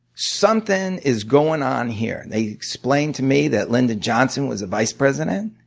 something is going on here. they explained to me that lyndon johnson was the vice president,